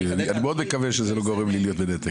אני מאוד מקווה שזה לא גורם לי להיות בנתק.